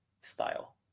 style